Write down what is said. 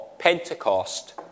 Pentecost